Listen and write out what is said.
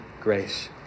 grace